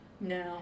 No